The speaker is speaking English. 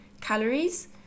calories